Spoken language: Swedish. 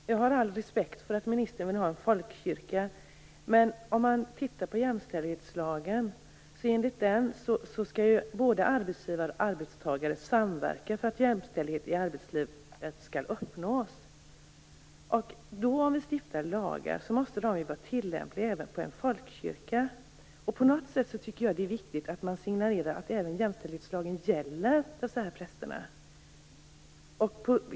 Fru talman! Jag har all respekt för att ministern vill ha en folkkyrka. Om man tittar på jämställdhetslagen ser man att enligt den skall både arbetsgivare och arbetstagare samverka för att jämställdhet i arbetslivet skall uppnås. Om vi då stiftar lagar måste de vara tillämpliga även på en folkkyrka. Jag tycker då att det är viktigt att man signalerar att även jämställdhetslagen gäller de här prästerna.